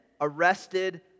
arrested